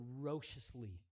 ferociously